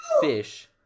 fish